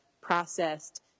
processed